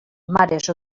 mares